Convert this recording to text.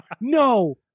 no